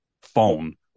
phone